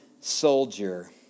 soldier